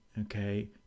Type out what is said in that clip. Okay